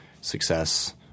success